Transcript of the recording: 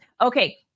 Okay